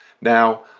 Now